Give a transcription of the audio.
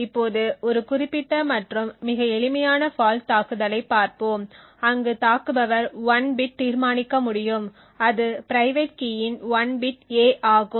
இப்போது ஒரு குறிப்பிட்ட மற்றும் மிக எளிமையான ஃபால்ட் தாக்குதலைப் பார்ப்போம் அங்கு தாக்குபவர் 1 பிட் தீர்மானிக்க முடியும் அது பிரைவேட் கீயின் 1 பிட் a ஆகும்